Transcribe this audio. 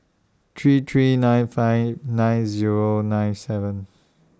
three three nine five nine Zero nine seven